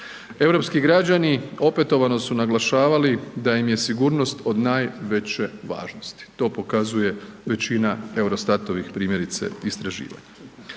Europski građani opetovano su naglašavali da im je sigurnost od najveće važnosti. To pokazuje većina Eurostatovih, primjerice, istraživanja.